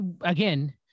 again